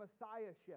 messiahship